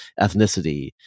ethnicity